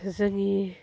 जोंनि